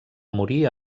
morir